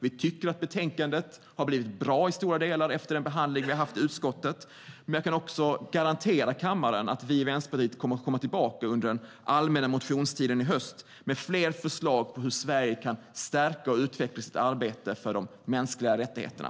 Vi tycker att betänkandet har blivit bra i stora delar efter den behandling vi har haft i utskottet. Men jag kan garantera kammaren att vi i Vänsterpartiet kommer att komma tillbaka under den allmänna motionstiden i höst med fler förslag på hur Sverige kan stärka och utveckla sitt arbete för de mänskliga rättigheterna.